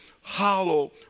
hollow